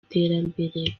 iterambere